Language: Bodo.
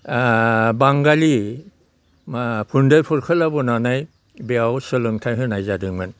बांगालि मा फोरोंगिरिफोरखौ लाबोनानै बेयाव सोलोंथाइ होनाय जादोंमोन